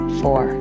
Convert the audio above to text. four